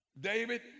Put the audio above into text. David